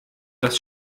das